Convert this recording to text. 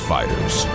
Fighters